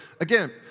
Again